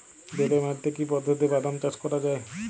বেলে মাটিতে কি পদ্ধতিতে বাদাম চাষ করা যায়?